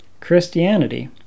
christianity